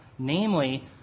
Namely